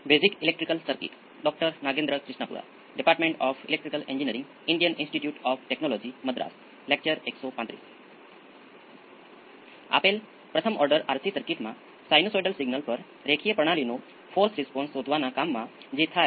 આમ હવે હું બીજી ઓર્ડરની સિસ્ટમના ફોર્સ રિસ્પોન્સ વધશે